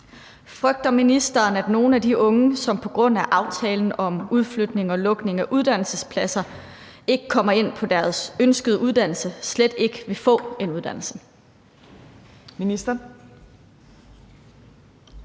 Frygter ministeren, at nogle af de unge, som på grund af aftalen om udflytning og lukning af uddannelsespladser ikke kommer ind på deres ønskede uddannelse, slet ikke vil få en uddannelse?